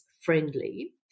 friendly